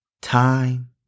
time